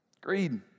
Greed